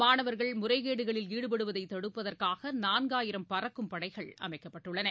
மாணவர்கள் முறைகேடுகளில் ஈடுபடுவதை தடுப்பதற்காக நான்காயிரம் பறக்கும் படைகள் அமைக்கப்பட்டுள்ளன